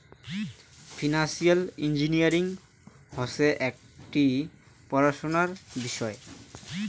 financial engineering হসে একটি পড়াশোনার বিষয়